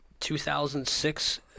2006